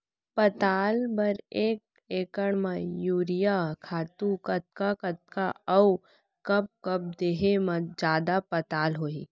पताल बर एक एकड़ म यूरिया खातू कतका कतका अऊ कब कब देहे म जादा पताल होही?